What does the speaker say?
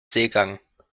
seegang